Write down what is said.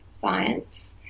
science